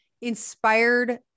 inspired